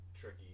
tricky